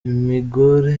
umugore